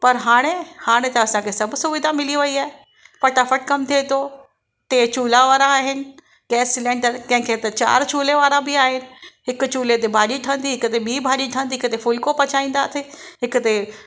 पर हाणे हाणे त असांखे सभ सुविधा मिली वेई आहे फ़टाफ़ट कमु थिए थो टे चुल्हा वारा आहिनि गैस सिलेंडर त कंहिं खे त चारि चुल्हा वारा बि आहिनि हिकु चुल्हे ते भाॼी ठहंदी हिक ते ॿीं भाॼी ठहंदी हिक ते फुल्को पचाईंदासीं हिक ते